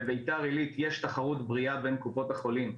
בביתר עילית יש תחרות בריאה בין קופות החולים,